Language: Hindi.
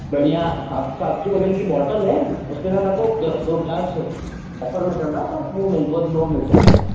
बढ़िया सात सात सौ वाली की बौटल है उसके बाद आपको दो ग्लास ऑफर मे चल रहा है तो वो मिल मिल तो वो मिल जाते हैं